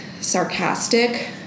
sarcastic